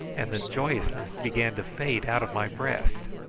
and the joyousness began to fade out of my breast.